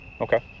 Okay